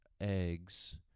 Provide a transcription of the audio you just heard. eggs